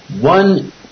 One